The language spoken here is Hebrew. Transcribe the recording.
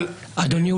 אדוני,